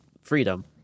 freedom